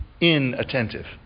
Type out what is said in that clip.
inattentive